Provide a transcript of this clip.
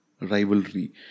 rivalry